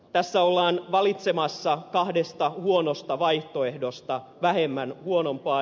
tässä ollaan valitsemassa kahdesta huonosta vaihtoehdosta vähemmän huonoa